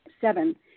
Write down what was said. Seven